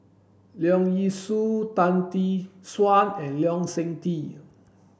Leong Yee Soo Tan Tee Suan and Lee Seng Tee